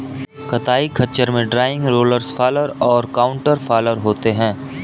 कताई खच्चर में ड्रॉइंग, रोलर्स फॉलर और काउंटर फॉलर होते हैं